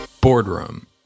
Boardroom